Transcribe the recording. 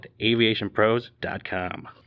AviationPros.com